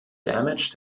damage